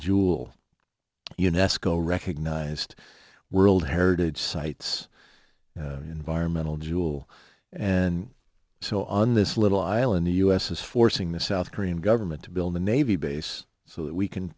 jewel unesco recognised world heritage sites environmental jewel and so on this little island the u s is forcing the south korean government to build a navy base so that we can